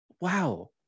wow